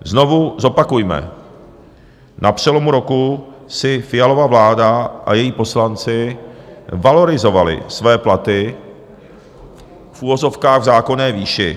Znovu zopakujme, na přelomu roku si Fialova vláda a její poslanci valorizovali své platy v uvozovkách v zákonné výši.